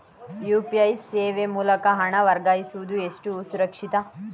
UPI ಸೇವೆ ಮೂಲಕ ಹಣ ವರ್ಗಾಯಿಸುವುದು ಎಷ್ಟು ಸುರಕ್ಷಿತ?